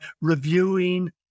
reviewing